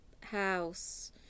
house